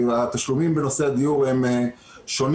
התשלומים בנושא הדיור הם שונים,